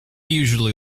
usually